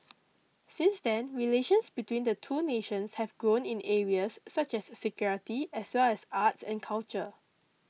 since then relations between the two nations have grown in areas such as security as well as arts and culture